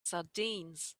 sardines